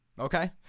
Okay